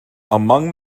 among